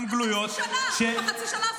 גם גלויות -- אבל נתת חצי שנה,